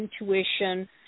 intuition